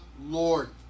Lord